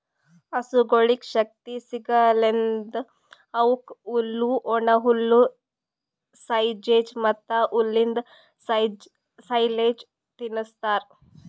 ಹಸುಗೊಳಿಗ್ ಶಕ್ತಿ ಸಿಗಸಲೆಂದ್ ಅವುಕ್ ಹುಲ್ಲು, ಒಣಹುಲ್ಲು, ಸೈಲೆಜ್ ಮತ್ತ್ ಹುಲ್ಲಿಂದ್ ಸೈಲೇಜ್ ತಿನುಸ್ತಾರ್